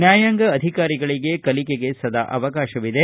ನ್ಯಾಯಾಂಗ ಅಧಿಕಾರಿಗಳಿಗೆ ಕಲಿಕೆಗೆ ಸದಾ ಅವಕಾಶವಿದೆ